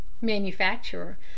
Manufacturer